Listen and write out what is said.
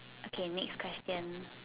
okay next question